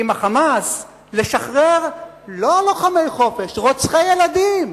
עם ה"חמאס", לשחרר לא לוחמי חופש, רוצחי ילדים,